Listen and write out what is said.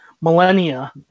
millennia